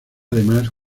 además